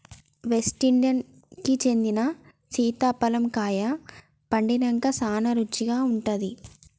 West Indies కి చెందిన సీతాఫలం కాయ పండినంక సానా రుచిగా ఉంటాది